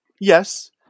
yes